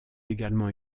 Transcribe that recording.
également